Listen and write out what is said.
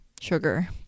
sugar